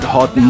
Hot